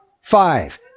five